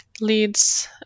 leads